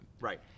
right